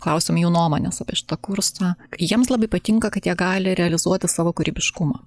klausėm jų nuomonės apie šitą kursą kai jiems labai patinka kad jie gali realizuoti savo kūrybiškumą